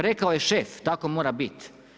Rekao je šef, tako mora biti.